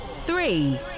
three